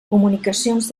comunicacions